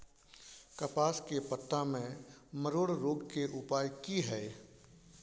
कपास के पत्ता में मरोड़ रोग के उपाय की हय?